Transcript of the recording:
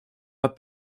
pas